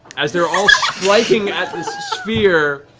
as they're all striking at this sphere,